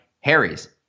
Harry's